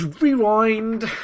Rewind